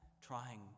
trying